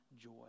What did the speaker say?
joy